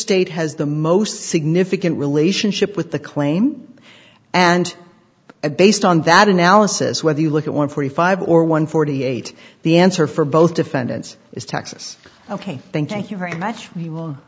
state has the most significant relationship with the claim and based on that analysis whether you look at one forty five or one forty eight the answer for both defendants is texas ok thank you very much we will